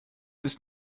ist